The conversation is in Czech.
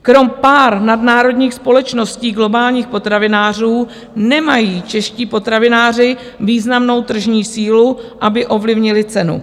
Kromě pár nadnárodních společností globálních potravinářů nemají čeští potravináři významnou tržní sílu, aby ovlivnili cenu.